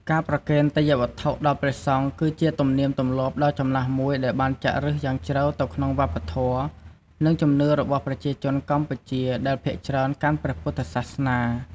ការប្រគេនទេយ្យវត្ថុដល់ព្រះសង្ឃ គឺជាទំនៀមទម្លាប់ដ៏ចំណាស់មួយដែលបានចាក់ឫសយ៉ាងជ្រៅទៅក្នុងវប្បធម៌ និងជំនឿរបស់ប្រជាជនកម្ពុជា ដែលភាគច្រើនកាន់ព្រះពុទ្ធសាសនា។